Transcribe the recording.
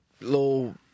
little